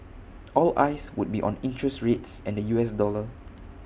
all eyes would be on interest rates and the U S dollar